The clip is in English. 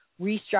restructure